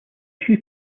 few